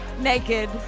naked